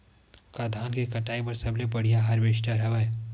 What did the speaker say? का धान के कटाई बर सबले बढ़िया हारवेस्टर हवय?